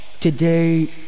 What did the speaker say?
Today